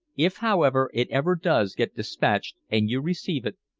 if, however, it ever does get despatched and you receive it,